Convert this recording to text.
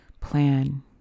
plan